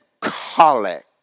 colic